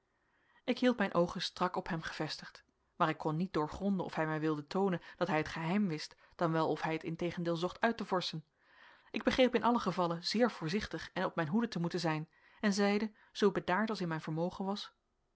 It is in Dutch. ik hield mijn oogen strak op hem gevestigd maar ik kon niet doorgronden of hij mij wilde toonen dat hij het geheim wist dan wel of hij het integendeel zocht uit te vorschen ik begreep in allen gevalle zeer voorzichtig en op mijn hoede te moeten zijn en zeide zoo bedaard als in mijn vermogen was